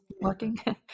working